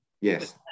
yes